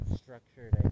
structured